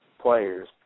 players